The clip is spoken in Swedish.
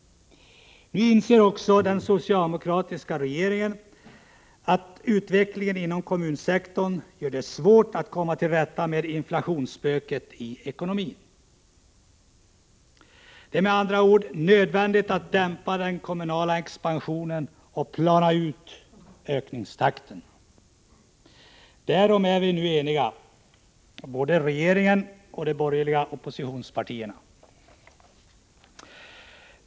Nu inser också den socialdemokratiska regeringen att utvecklingen inom kommunsektorn gör det svårt att komma till rätta med inflationsspöket i ekonomin. Det är med andra ord nödvändigt att dimpa den kommunala miska frågor expansionen och att plana ut ökningstakten. Därom är vi nu eniga — både regeringen och de borgerliga oppositionspartierna.